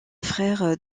frère